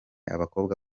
abakobwa